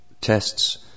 tests